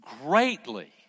greatly